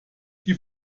die